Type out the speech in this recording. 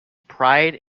pride